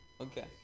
Okay